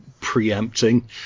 preempting